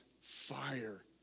fire